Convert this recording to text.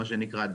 מה שנקרא,